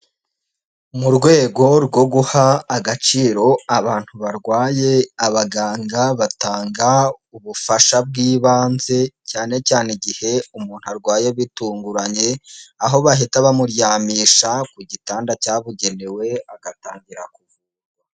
Mu rwego rwo guha agaciro abantu barwaye abaganga batanga ubufasha bw'ibanze cyane cyane igihe umuntu arwaye bitunguranye aho bahita bamuryamisha ku gitanda cyabugenewe agatangira kuvurwa.